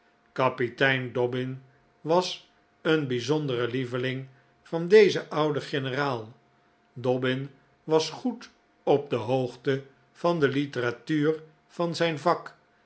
kapitein dobbin was een bijzondere beveling van dezen ouden generaal dobbin was goed op de hoogte van de literatuur van zijn vak